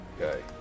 Okay